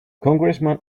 congressman